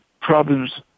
problems